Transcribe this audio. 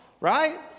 Right